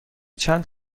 چند